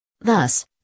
Thus